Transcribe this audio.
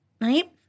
Right